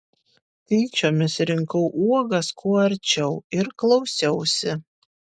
tyčiomis rinkau uogas kuo arčiau ir klausiausi